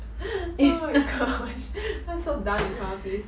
oh my gosh 他 so done with 他 please